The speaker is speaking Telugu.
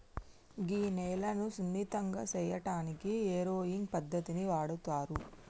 గీ నేలను సున్నితంగా సేయటానికి ఏరోయింగ్ పద్దతిని వాడుతారు